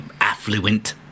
affluent